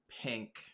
Pink